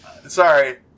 Sorry